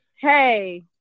Hey